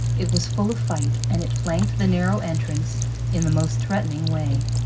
it was full of fight, and it flanked the narrow entrance in the most threatening way.